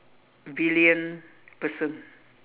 villain person